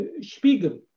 Spiegel